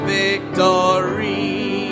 victory